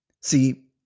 See